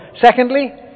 secondly